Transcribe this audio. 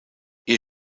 ihr